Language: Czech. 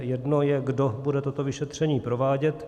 Jedno je, kdo bude toto vyšetření provádět.